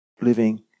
living